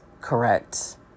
correct